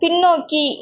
பின்னோக்கி